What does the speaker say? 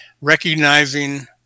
recognizing